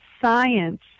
science